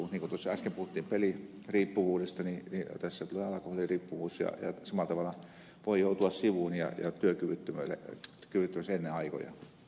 niin kuin tuossa puhuttiin peliriippuvuudesta niin tässä tulee alkoholiriippuvuus ja samalla tavalla voi joutua sivuun ja työkyvyttömäksi ennen aikojaan